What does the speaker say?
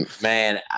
man